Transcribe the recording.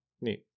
neat